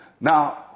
Now